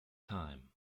time